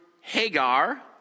Hagar